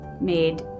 made